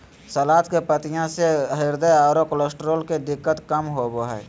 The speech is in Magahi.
सलाद के पत्तियाँ से हृदय आरो कोलेस्ट्रॉल के दिक्कत कम होबो हइ